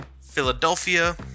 Philadelphia